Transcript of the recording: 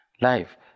Life